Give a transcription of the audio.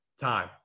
time